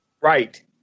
Right